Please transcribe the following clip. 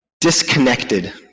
disconnected